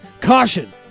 Caution